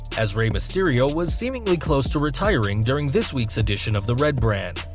as rey mysterio was seemingly close to retiring during this week's edition of the red brand.